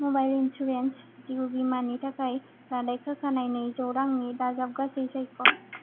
mobile insurance जिउ बीमानि थाखाय रादाय खाखानाय नैजौ रांनि दाजाबगासै सायख'